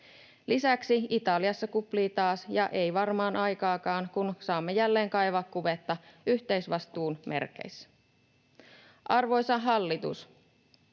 Lisäksi Italiassa kuplii taas, ja ei varmaan aikaakaan, kun saamme jälleen kaivaa kuvetta yhteisvastuun merkeissä. Arvoisa hallitus!